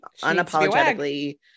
unapologetically